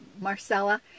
Marcella